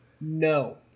No